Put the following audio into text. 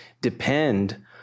depend